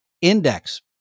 Index